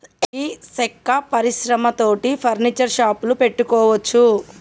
గీ సెక్క పరిశ్రమ తోటి ఫర్నీచర్ షాపులు పెట్టుకోవచ్చు